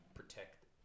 protect